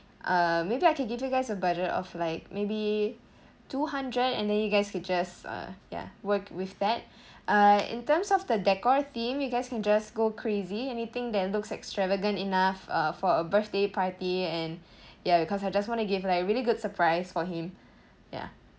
uh maybe I could give you guys a budget of like maybe two hundred and then you guys could just uh ya work with that uh in terms of the decor theme you guys can just go crazy anything that looks extravagant enough uh for a birthday party and ya because I just want to give like a really good surprise for him ya